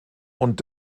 und